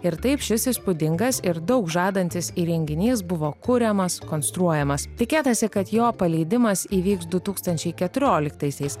ir taip šis įspūdingas ir daug žadantis įrenginys buvo kuriamas konstruojamas tikėtasi kad jo paleidimas įvyks du tūkstančiai keturioliktaisiais